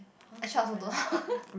actually I also don't